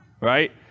right